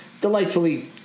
delightfully